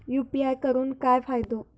UPI करून काय फायदो?